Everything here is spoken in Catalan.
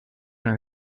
una